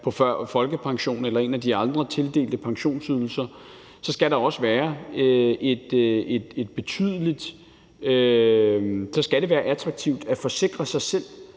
får folkepension eller en af de andre tildelte pensionsydelser – så skal det også være attraktivt at forsikre sig selv